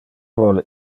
vole